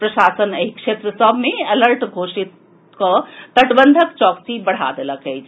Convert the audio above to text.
प्रशासन एहि क्षेत्र सभ मे अलर्ट घोषित कऽ तटबंधक चौकसी बढ़ा देलक अछि